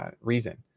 reason